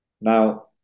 Now